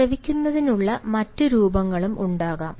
ശ്രവിക്കുന്നതിനുള്ള മറ്റ് രൂപങ്ങളും ഉണ്ടാകാം